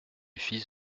fils